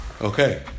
Okay